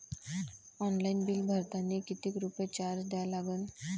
Online bill भरतानी कितीक रुपये चार्ज द्या लागन?